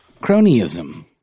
Cronyism